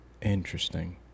Interesting